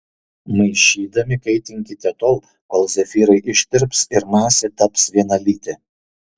maišydami kaitinkite tol kol zefyrai ištirps ir masė taps vienalytė